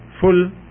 full